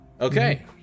Okay